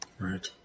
Right